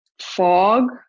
fog